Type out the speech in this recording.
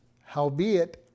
howbeit